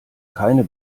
keine